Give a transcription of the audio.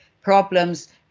problems